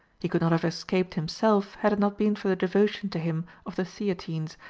he could not have escaped himself had it not been for the devotion to him of the theatines,